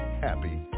happy